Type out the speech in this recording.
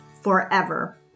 forever